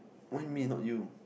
why me not you